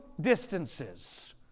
distances